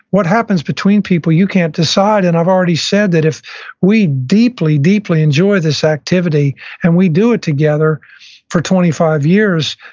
what happens between people, you can't decide. and i've already said that if we deeply, deeply enjoy this activity and we do it together for twenty five years,